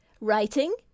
Writing